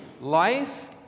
life